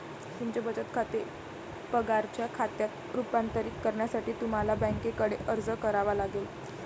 तुमचे बचत खाते पगाराच्या खात्यात रूपांतरित करण्यासाठी तुम्हाला बँकेकडे अर्ज करावा लागेल